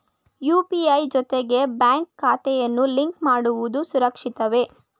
UPI ಜೊತೆಗೆ bank ಖಾತೆಯನ್ನು link ಮಾಡುವುದು ಸುರಕ್ಷಿತವೇ?